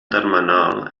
termenal